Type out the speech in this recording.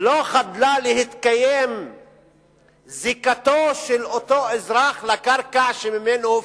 לא חדלה להתקיים זיקתו של אותו אזרח לקרקע שהופקעה ממנו.